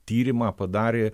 tyrimą padarė